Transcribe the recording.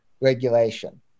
regulation